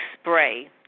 spray